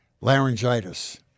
laryngitis